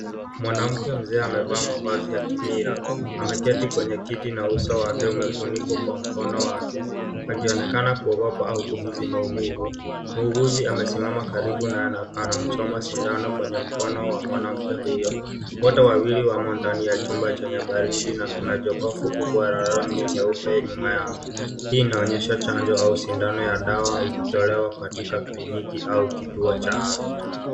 Mwanamke mzee amevaa mavazi ya kimila ameketi kwenye kiti na uso wake umefunikwa kwa mkono wake akionekana kuogopa au kuhisi maumivu . Muuguzi amesimama karibu naye anamchoma sindano kwenye mkono wa mwanamke huyo . Wote wawili wamo ndani chumba chenye baridi na kuna jokofu kubwa la rangi nyeupe nyuma yao . Hii inaonyesha chanjo au sindano ya dawa ikitolewa katika kliniki au kituo cha afya.